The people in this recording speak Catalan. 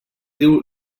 diu